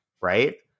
right